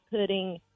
putting